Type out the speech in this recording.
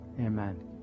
Amen